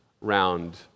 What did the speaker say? round